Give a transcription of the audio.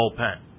bullpen